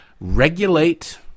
Regulate